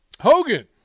Hogan